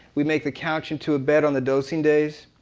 we make the couch into a bed, on the dosing days.